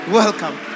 welcome